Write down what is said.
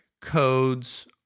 codes